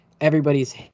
everybody's